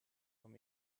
from